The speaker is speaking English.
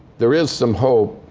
there is some hope.